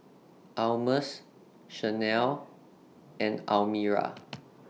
Almus Shanell and Almira